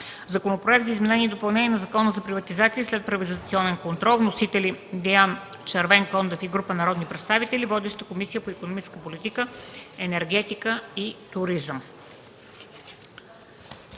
Законопроект за изменение и допълнение на Закона за приватизация и следприватизационен контрол. Вносители – Диан Червенкондев и група народни представители. Водеща е Комисията по икономическата политика, енергетика и туризъм.